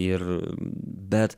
ir bet